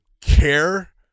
care